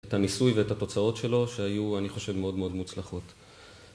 את הניסוי ואת התוצאות שלו שהיו, אני חושב, מאוד מאוד מוצלחות.